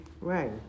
Right